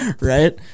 Right